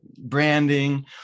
branding